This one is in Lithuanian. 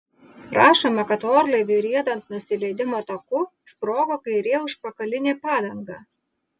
rašoma kad orlaiviui riedant nusileidimo taku sprogo kairė užpakalinė padanga